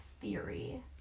theory